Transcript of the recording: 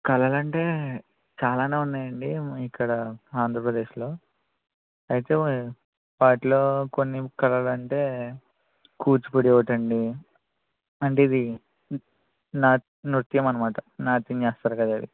కళలు అంటే చాలానే ఉన్నాయండి ఇక్కడ ఆంధ్రప్రదేశ్లో అయితే వాటిలో కొన్ని కళలు అంటే కూచిపూడి ఒకటండి అంటే ఇది న నృత్యం అన్నమాట నాట్యం చేస్తారు కదా అది